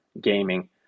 gaming